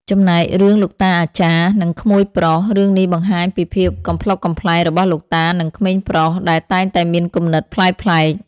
ចំណែករឿងលោកតាអាចារ្យ និងក្មួយប្រុស រឿងនេះបង្ហាញពីភាពកំប្លុកកំប្លែងរបស់លោកតា និងក្មេងប្រុស ដែលតែងតែមានគំនិតប្លែកៗ។